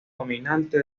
dominante